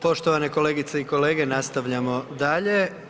Poštovane kolegice i kolege nastavljamo dalje.